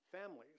families